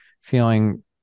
feeling